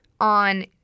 on